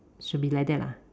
should be like that lah